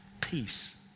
peace